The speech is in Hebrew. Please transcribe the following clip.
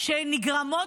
שנגרמות